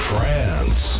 France